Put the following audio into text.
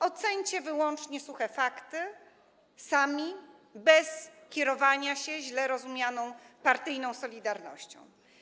Oceńcie wyłącznie suche fakty, sami, bez kierowania się źle rozumianą partyjną solidarnością.